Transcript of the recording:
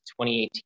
2018